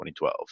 2012